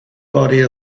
body